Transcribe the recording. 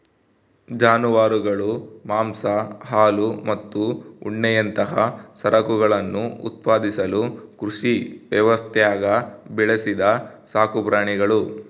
ಜಾನುವಾರುಗಳು ಮಾಂಸ ಹಾಲು ಮತ್ತು ಉಣ್ಣೆಯಂತಹ ಸರಕುಗಳನ್ನು ಉತ್ಪಾದಿಸಲು ಕೃಷಿ ವ್ಯವಸ್ಥ್ಯಾಗ ಬೆಳೆಸಿದ ಸಾಕುಪ್ರಾಣಿಗುಳು